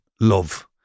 love